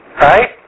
Right